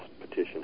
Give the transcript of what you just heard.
petition